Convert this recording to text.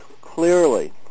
clearly